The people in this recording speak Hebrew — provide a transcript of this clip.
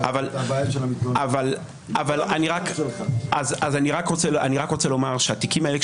אני רק רוצה לומר שהתיקים האלה,